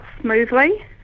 smoothly